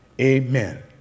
Amen